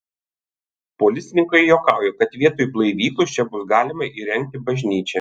policininkai juokauja kad vietoj blaivyklos čia bus galima įrengti bažnyčią